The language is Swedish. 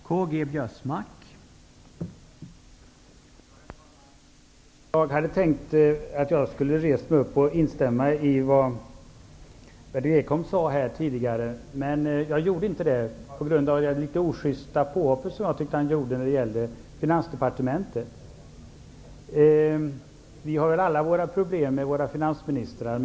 Herr talman! Jag hade tänkt att jag skulle instämma i vad Berndt Ekholm sade. Men jag gjorde inte det på grund av hans något ojusta påhopp på Finansdepartementet. Vi har väl alla våra problem med finansministrarna.